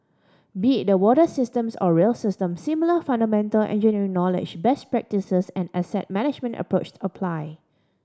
be it the water systems or rail system similar fundamental engineering knowledge best practices and asset management approached apply